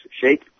shake